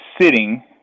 sitting